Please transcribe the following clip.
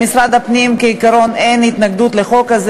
במשרד הפנים כעיקרון אין התנגדות לחוק הזה.